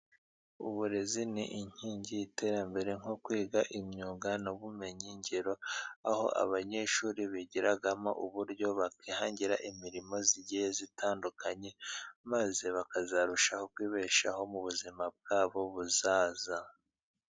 Uburezi ni inkingi y'iterambere nko kwiga imyuga n'ubumenyi ngiro. Aho abanyeshuri bigiramo uburyo bwo kwihangira imirimo igiye itandukanye maze bakazarushaho kwibeshaho mu buzima bwabo buzaza.